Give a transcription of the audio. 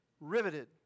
riveted